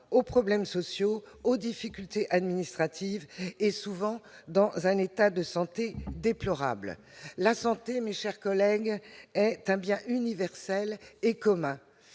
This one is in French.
aux problèmes sociaux, aux difficultés administratives, et qui sont souvent dans un état de santé déplorable. La santé est un bien universel et commun.